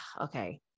okay